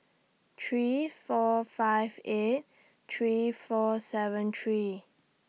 three four five eight three four seven three